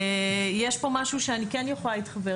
יש פה משהו שאני כן יכולה להתחבר,